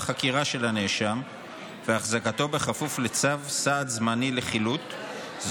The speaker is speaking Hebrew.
החקירה של הנאשם והחזקתו בכפוף לצו סעד זמני לחילוט,